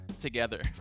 together